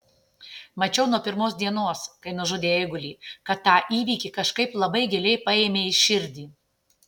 mačiau nuo pirmos dienos kai nužudė eigulį kad tą įvykį kažkaip labai giliai paėmei į širdį